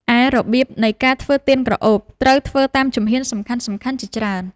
ឯរបៀបនៃការធ្វើទៀនក្រអូប ត្រូវធ្វើតាមជំហានសំខាន់ៗជាច្រើន។